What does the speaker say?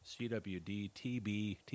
CWD-TB